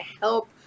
help